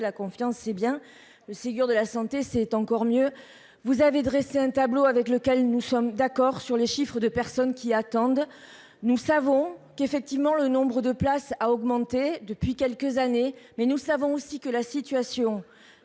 la confiance, c'est bien le Ségur de la santé, c'est encore mieux. Vous avez dressé un tableau avec lequel nous sommes d'accord sur les chiffres de personnes qui attendent. Nous savons qu'effectivement le nombre de places a augmenté depuis quelques années, mais nous savons aussi que la situation